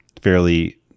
fairly